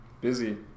Busy